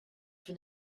for